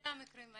אלה המקרים.